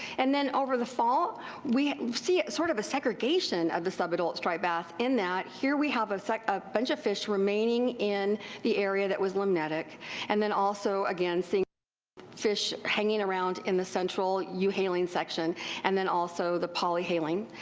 and then over the fall we see a sort of a segregation of the sub-adult striped bass in that here we have ah a bunch of fish remaining in the area that was limnetic and then also again seeing fish hanging around in the central euhaline section and then also the polyhaline.